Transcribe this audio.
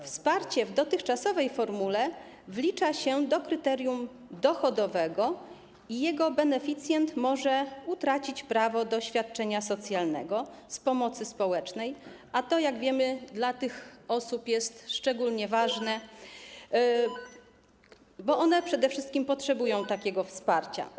Wsparcie w dotychczasowej formule wlicza się do kryterium dochodowego i jego beneficjent może utracić prawo do świadczenia socjalnego z pomocy społecznej, a to, jak wiemy, dla tych osób jest szczególnie ważne, bo one przede wszystkim potrzebują takiego wsparcia.